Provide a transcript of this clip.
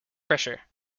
pressure